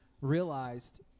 realized